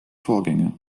vorgänge